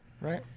Right